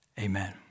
amen